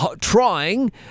trying